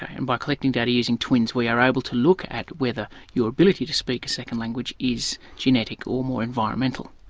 and by collecting data using twins we are able to look at whether your ability to speak a second language is genetic or um or environmental.